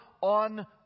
on